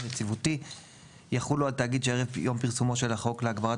יציבותי יחולו על תאגיד שערב יום פרסומו של החוק להגברת